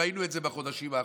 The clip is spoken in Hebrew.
וראינו את זה בחודשים האחרונים: